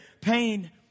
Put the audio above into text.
pain